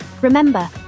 Remember